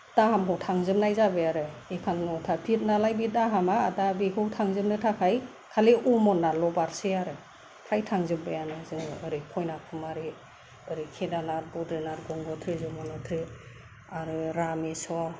धामाव थांजोबनाय जाबाय आरो एखावन्न'ता तिर नालाय बे दाहामा दा बेखौ थांजेबनो थाखाय खालि अमनाल' बारसै आरो फ्राय थांजोब्बायानो जोङो ओरै कन्याकुमारी ओरै केदारनाथ बद्रिनाथ गंग'त्रि जमुनत्रि आरो रामेस्वर